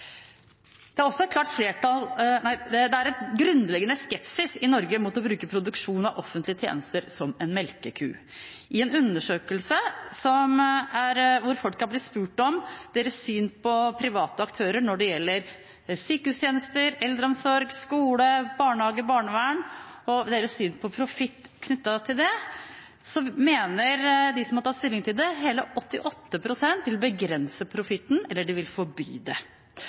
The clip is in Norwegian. Det er en grunnleggende skepsis i Norge mot å bruke produksjon av offentlige tjenester som en melkeku. I en undersøkelse hvor folk er blitt spurt om deres syn på private aktører når det gjelder sykehustjenester, eldreomsorg, skole, barnehage og barnevern, og deres syn på profitt knyttet til det, vil hele 88 pst. av dem som har tatt stilling til det, begrense profitten eller forby den. Det er også et klart flertall her på Stortinget blant norske partier – og det